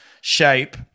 shape